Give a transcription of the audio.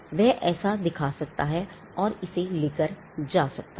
वह ऐसा दिखा सकता है और वह इसे लेकर जा सकता है